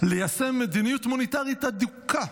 ליישם מדיניות מוניטרית הדוקה,